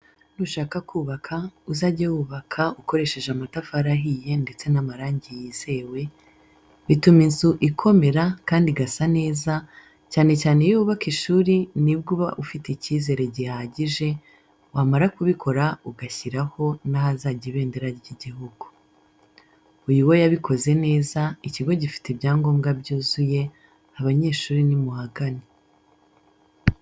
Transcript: Nushaka kubaka uzage wubaka ukoresheje amatafari ahiye ndetse n'amarangi yizewe, bituma inzu ikomera kandi igasa neza, cyane cyane iyo wubaka ishuri nibwo uba ufite icyizere gihagije, wamara kubikora ugashyiraho n'ahazajya ibendera ry'igihugu. Uyu we yabikoze neza ikigo gifite ibyangombwa byuzuye abanyeshuri nimuhagane.